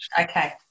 Okay